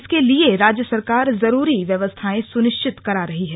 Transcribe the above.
इसके लिये राज्य सरकार जरूरी व्यवस्थायें सुनिश्चित करा रही हैं